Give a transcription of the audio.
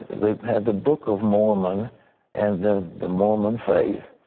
they had the book of mormon and then the mormon faith.